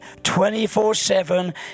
24-7